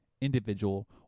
individual